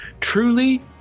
truly